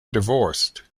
divorced